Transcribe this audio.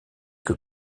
que